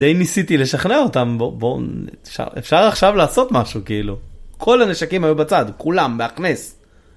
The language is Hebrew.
די ניסיתי לשכנע אותם, בוא, בוא... אפשר עכשיו לעשות משהו, כאילו. כל הנשקים היו בצד, כולם, בהכנס.